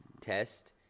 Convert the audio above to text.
test